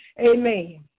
Amen